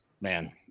man